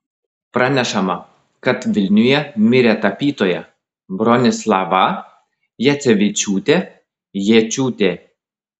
pranešama kad vilniuje mirė tapytoja bronislava jacevičiūtė jėčiūtė